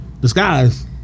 Disguise